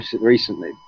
recently